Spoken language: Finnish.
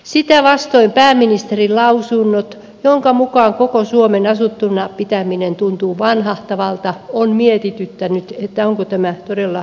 sitä vastoin pääministerin lausunnot joiden mukaan koko suomen asuttuna pitäminen tuntuu vanhahtavalta ovat mietityttäneet että onko tämä todella kokoomuksen linja